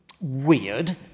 Weird